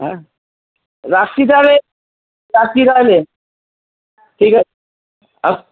হ্যাঁ রাখছি তাহলে রাখছি তাহলে ঠিক আছে আচ্ছা